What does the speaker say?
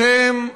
אתם,